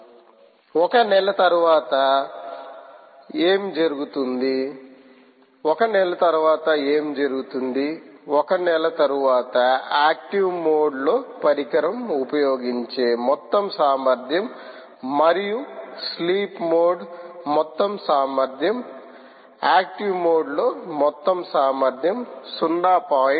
ఒక నెల తరువాత ఒక నెల తరువాత ఏమి జరుగుతుంది ఒక నెల తరువాత ఏమి జరుగుతుంది ఒక నెల తరువాత యాక్టివ్ మోడ్లో పరికరం ఉపయోగించే మొత్తం సామర్థ్యం మరియు స్లీప్ మోడ్ మొత్తం సామర్థ్యం యాక్టివ్మోడ్లో మొత్తం సామర్థ్యం 0